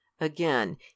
AGAIN